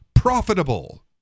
profitable